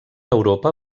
europa